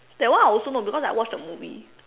that one I also know because I watch the movie